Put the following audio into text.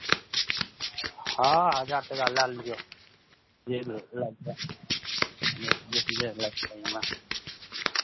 हँ हजार टाका लए लिअ जे लाीग जाए कमे बेसी नहि लगतै ओहिमे